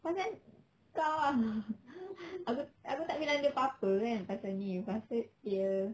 pasal kau ah aku aku tak bilang dia apa-apa kan pasal ni lepas tu dia